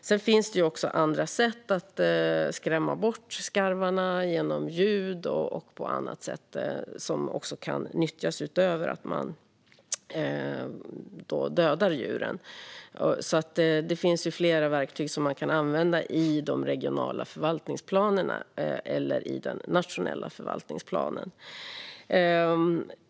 Sedan finns det andra sätt att skrämma bort skarvarna, genom ljud och på annat sätt, som också kan nyttjas, utöver att man dödar djuren. Det finns alltså flera verktyg som man kan använda i de regionala förvaltningsplanerna eller i den nationella förvaltningsplanen.